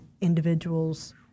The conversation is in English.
individuals